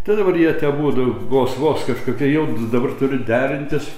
tai dabar jie te abudu vos vos kažkokie jau dabar turi derintis